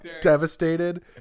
devastated